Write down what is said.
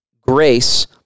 Grace